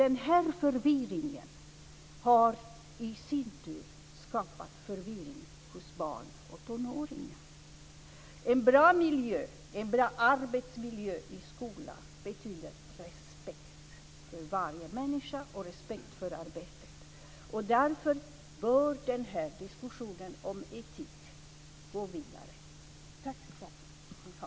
Denna förvirring har i sin tur skapat förvirring hos barn och tonåringar. En bra arbetsmiljö i skolan betyder respekt för varje människa och respekt för arbetet. Därför bör denna diskussion om etik gå vidare. Tack ska ni ha!